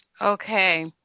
Okay